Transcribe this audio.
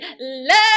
Love